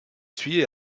essuyer